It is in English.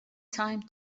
time